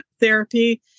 therapy